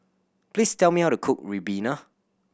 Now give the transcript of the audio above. please tell me how to cook ribena